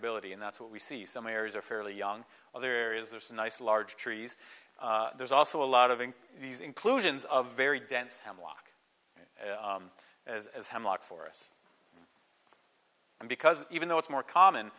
variability and that's what we see some areas are fairly young other areas there's a nice large trees there's also a lot of these inclusions of very dense hemlock as hemlock for us and because even though it's more common